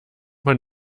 man